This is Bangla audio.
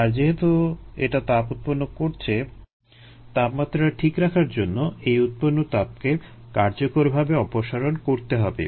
আর যেহেতু এটা তাপ উৎপন্ন করছে তাপমাত্রা ঠিক রাখার জন্য এই উৎপন্ন তাপকে কার্যকরভাবে অপসারণ করতে হবে